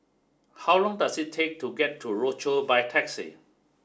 how long does it take to get to Rochor by taxi